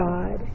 God